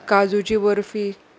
काजूची बर्फी